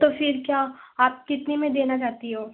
तो फिर क्या आप कितने में देना चाहती हो